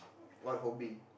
what hobby